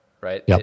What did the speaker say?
right